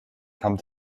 come